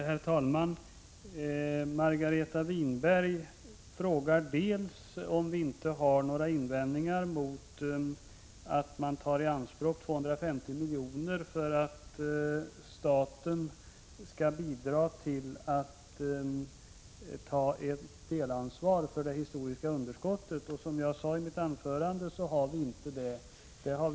Herr talman! Margareta Winberg frågade om vi inte har några invändningar mot att man tar i anspråk 250 milj.kr. för att staten skall ta ett delansvar för det historiska underskottet. Som jag sade i mitt anförande har vi inga sådana invändningar.